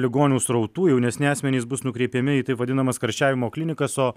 ligonių srautų jaunesni asmenys bus nukreipiami į taip vadinamas karščiavimo klinikas o